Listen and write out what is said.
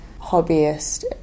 hobbyist